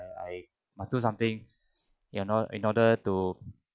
I must do something you know in order to